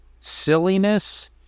silliness